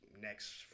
next